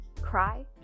cry